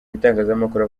ibitangazamakuru